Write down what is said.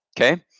Okay